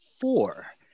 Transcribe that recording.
four